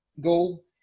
goal